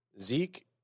Zeke